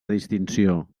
distinció